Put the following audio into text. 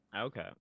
okay